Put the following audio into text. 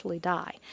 die